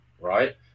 Right